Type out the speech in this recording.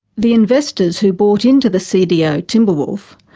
the investors who bought into the cdo timberwolf,